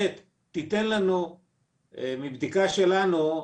בי"ת מבדיקה שלנו,